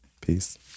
Peace